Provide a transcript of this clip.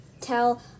tell